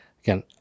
again